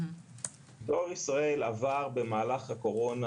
דואר ישראל עבר במהלך הקורונה,